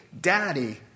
Daddy